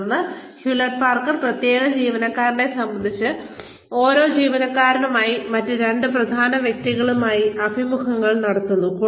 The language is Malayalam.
തുടർന്ന് ഹ്യൂലറ്റ് പാക്കാർഡ് പ്രത്യേക ജീവനക്കാരനെ സംബന്ധിച്ച് ഓരോ ജീവനക്കാരനുമായി മറ്റ് രണ്ട് പ്രധാന വ്യക്തികളുമായി അഭിമുഖങ്ങളും നടത്തുന്നു